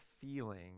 feeling